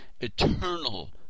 eternal